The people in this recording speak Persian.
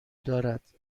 دارد